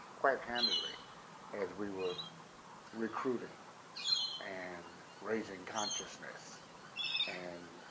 quite handily as we were recruiting and raising consciousness and